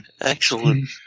Excellent